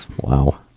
Wow